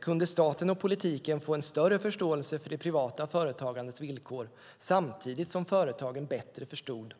Kunde staten och politiken få en större förståelse för det privata företagandets villkor, samtidigt som företagen bättre förstod